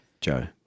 Joe